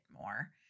more